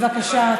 בבקשה,